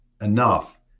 enough